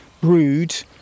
brood